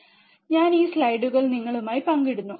ഞാൻ ഈ സ്ലൈഡുകൾ നിങ്ങളുമായി പങ്കിടുന്നു